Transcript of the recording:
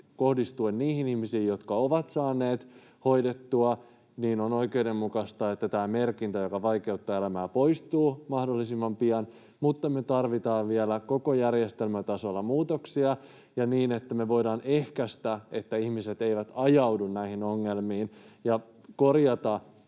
kohdistuen niihin ihmisiin, jotka ovat saaneet velan hoidettua. On oikeudenmukaista, että tämä merkintä, joka vaikeuttaa elämää, poistuu mahdollisimman pian, mutta me tarvitaan vielä koko järjestelmän tasolla muutoksia, ja niin, että me voidaan ehkäistä, että ihmiset eivät ajaudu näihin ongelmiin, ja korjata